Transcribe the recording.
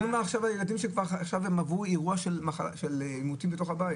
הילדים עברו עכשיו אירוע של אימותים בתוך הבית.